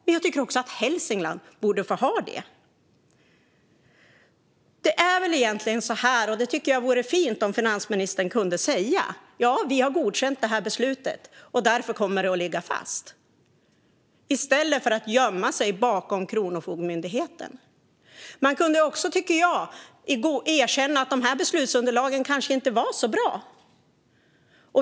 Men jag tycker också att Hälsingland borde få ha det. Jag tycker att det vore fint om finansministern kunde säga som det väl egentligen är - ja, vi har godkänt det här beslutet, och därför kommer det att ligga fast - i stället för att gömma sig bakom Kronofogdemyndigheten. Jag tycker också att hon kunde erkänna att beslutsunderlagen kanske inte var så bra.